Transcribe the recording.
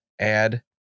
add